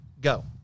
go